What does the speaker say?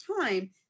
time